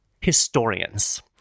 Historians